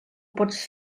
pots